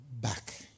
back